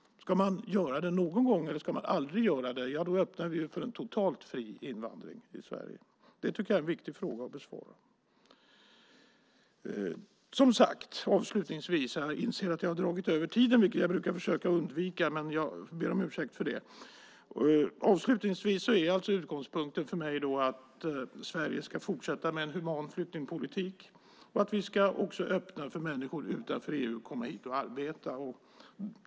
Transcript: Ska man göra det någon gång? Ska man aldrig göra det? Ja, då öppnar vi för en totalt fri invandring i Sverige. Jag tycker att det är en viktig fråga att besvara. Jag inser att jag har dragit över tiden, vilket jag brukar försöka undvika. Jag ber om ursäkt för det. Avslutningsvis vill jag på nytt framhålla att utgångspunkten för mig är att Sverige ska fortsätta med en human flyktingpolitik och att vi också ska öppna för människor utanför EU att komma hit och arbeta.